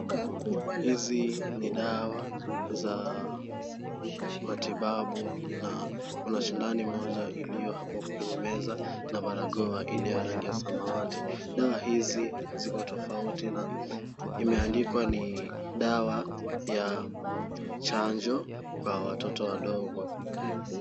Hizi ni dawa za matibabu na kuna shindano imeweza iliyo hapo mezani na barakoa ya rangi ya samawati. Dawa hizi ziko tofauti na imeandikwa ni dawa ya chanjo kwa watoto wadogo.